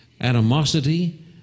animosity